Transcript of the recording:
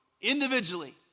individually